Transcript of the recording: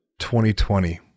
2020